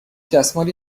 دستمالی